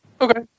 Okay